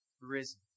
risen